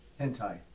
hentai